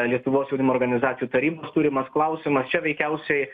lietuvos jaunimo organizacijų tarybos turimas klausimas čia veikiausiai